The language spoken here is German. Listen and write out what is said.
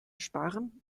sparen